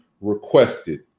requested